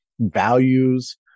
values